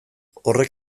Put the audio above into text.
horrek